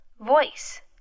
Voice